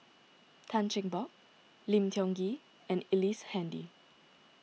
Tan Cheng Bock Lim Tiong Ghee and Ellice Handy